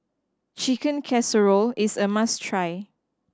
Chicken Casserole is a must try